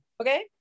Okay